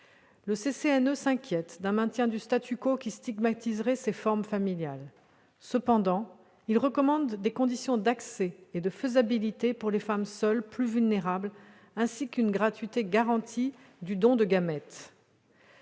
Le CCNE s'inquiète d'un maintien du, qui stigmatiserait ces formes familiales. Cependant, il recommande des conditions d'accès et de faisabilité pour les femmes seules, plus vulnérables, ainsi qu'une gratuité garantie du don de gamètes.